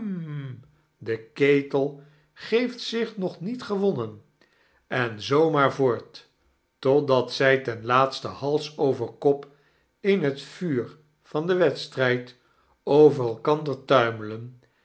de ketel geeft zich nog niet gewonnen en zoo maar voorti totdat zij ten laatste hals over kop in het vuur van den wedstrijd over elkander tuinuelieai